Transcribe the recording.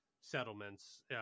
settlements